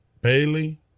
Bailey